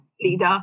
leader